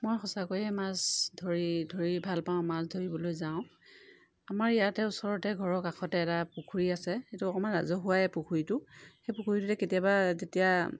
মই সঁচাকৈয়ে মাছ ধৰি ধৰি ভাল পাওঁ ধৰিবলৈ যাওঁ আমাৰ ইয়াতে ওচৰতে ঘৰৰ কাষতে এটা পুখুৰী আছে সেইটো অকণমান ৰাজহুৱাই পুখুৰীটো সেই পুখুৰীটোতে কেতিয়াবা যেতিয়া